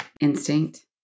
Instinct